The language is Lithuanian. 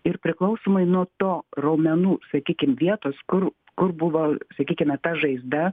ir priklausomai nuo to raumenų sakykim vietos kur kur buvo sakykime ta žaizda